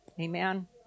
Amen